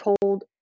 told